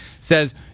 says